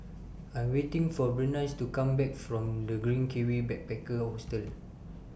I Am waiting For Berenice to Come Back from The Green Kiwi Backpacker Hostel